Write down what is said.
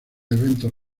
eventos